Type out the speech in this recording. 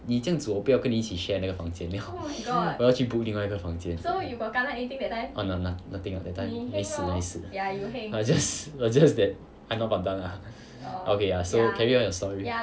你这样子我不要跟你一起 share 那个房间了我要去 book 宁外一个房间了 oh no nothing that time 没死没死 it's just is just that I'm not pantang lah okay ya carry on your story